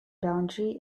boundary